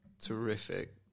terrific